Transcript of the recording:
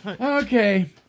Okay